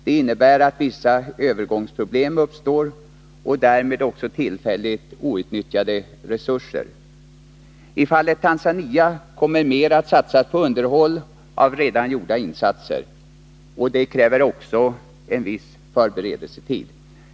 Det innebär att vissa övergångsproblem uppstår och därmed också tillfälligt outnyttjade resurser. I fallet Tanzania kommer mer att satsas på underhåll av redan gjorda insatser, och det kräver också en viss förberedelsetid.